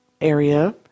area